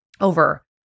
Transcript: over